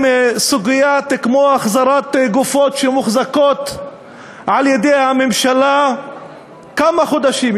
סוגיה כמו החזרת גופות שמוחזקות על-ידי הממשלה כמה חודשים,